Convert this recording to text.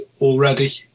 already